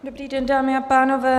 Dobrý den, dámy a pánové.